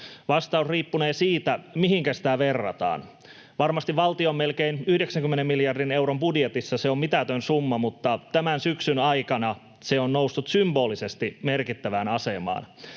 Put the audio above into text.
Vastaus riippunee siitä, mihinkä sitä verrataan. Varmasti valtion melkein 90 miljardin euron budjetissa se on mitätön summa, mutta tämän syksyn aikana se on noussut symbolisesti merkittävään asemaan,